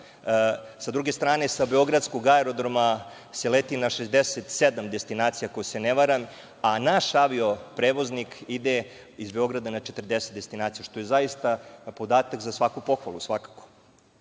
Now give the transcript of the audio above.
S druge strane, sa Beogradskog aerodroma se leti na 67 destinacija, ako se ne varam, a naš avio prevoznik ide iz Beograda na 40 destinacija, što je zaista podatak za svaku pohvalu.S